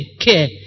care